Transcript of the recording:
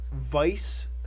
Vice